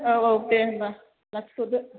औ औ दे होनबा लाखिथ'दो